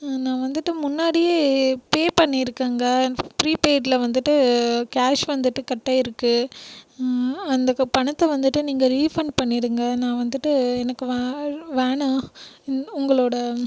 நான் வந்துட்டு முன்னாடியே பே பண்ணியிருக்கேன்ங்க ப்ரீபெய்டில் வந்துட்டு கேஷ் வந்துட்டு கட்டாகியிருக்கு அந்த பணத்தை வந்துட்டு நீங்கள் ரீஃபண்ட் பண்ணிவிடுங்க நான் வந்துட்டு எனக்கு வேணாம் உங்களோட